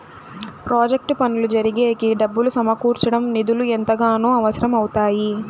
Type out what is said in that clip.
project పనులు జరిగేకి డబ్బులు సమకూర్చడం నిధులు ఎంతగానో అవసరం అవుతాయి